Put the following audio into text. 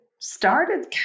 Started